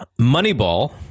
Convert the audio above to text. Moneyball